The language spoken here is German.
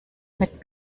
mit